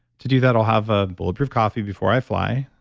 to do that i'll have a bulletproof coffee before i fly,